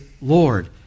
Lord